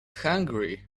hungry